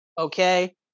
Okay